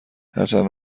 هرچند